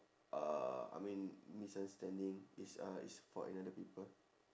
uh I mean misunderstanding is uh is for another people